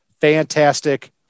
Fantastic